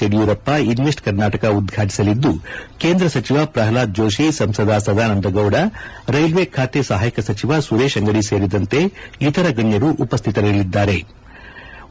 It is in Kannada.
ಯಡಿಯೂರಪ್ಪ ಇನ್ನೆಸ್ಟ್ ಕರ್ನಾಟಕ ಉದ್ಘಾಟಿಸಲಿದ್ದು ಕೇಂದ್ರ ಸಚಿವ ಪ್ರಲ್ನಾದ್ ಜೋತಿ ಸಂಸದ ಸದಾನಂದಗೌಡ ರೈಲ್ವೆ ಖಾತೆ ಸಹಾಯಕ ಸಚಿವ ಸುರೇಶ ಅಂಗಡಿ ಇತರ ಗಣ್ಣರು ಉಪಸ್ಥಿತರಿರಲಿದ್ದಾರೆ ಎಂದರು